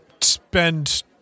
spend